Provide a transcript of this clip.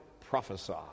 prophesy